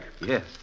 Yes